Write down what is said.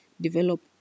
develop